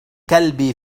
كلبي